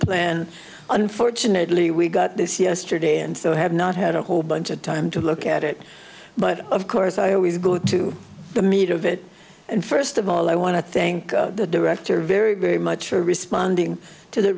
the unfortunately we got this yesterday and so have not had a whole bunch of time to look at it but of course i always go to the meat of it and first of all i want to thank the director very very much for responding to the